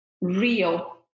real